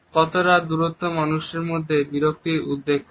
কতটা দূরত্ব মানুষের মধ্যে বিরক্তির উদ্রেক করে